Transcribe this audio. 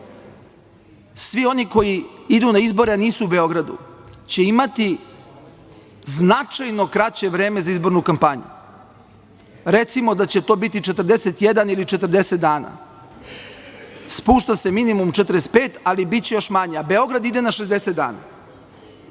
svi oni koji idu na izbore a nisu u Beogradu će imati značajno kraće vreme za izbornu kampanju. Recimo da će to biti 41 ili 40 dana. Spušta se minimum 45 ali biće još manje, a Beograd ide na 60 dana. Na